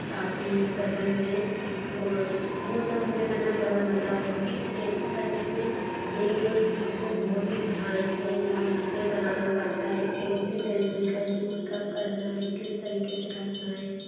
काफ़ी पसंद है और वो सब मुझे करने मे बड़ा मज़ा आया क्योंकि इस्केचिंग करने में एक एक चीज़ को बहुत ही ध्यान से लाइन से बनाना पड़ता हे कौन सी पेंसिल का यूज़ कब करना है किस तरीक़े से करना है